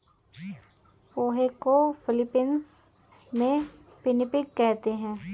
पोहे को फ़िलीपीन्स में पिनीपिग कहते हैं